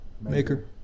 maker